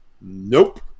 nope